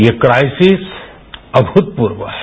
यह क्राइसेज अभूतपूर्व है